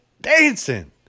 dancing